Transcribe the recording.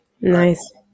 Nice